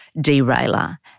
derailer